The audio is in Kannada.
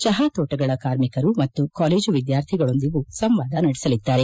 ಚಹಾ ತೋಟಗಳ ಕಾರ್ಮಿಕರು ಮತ್ತು ಕಾಲೇಜು ವಿದ್ಯಾರ್ಥಿಗಳೊಂದಿಗೂ ಸಂವಾದ ನಡೆಸಲಿದ್ದಾರೆ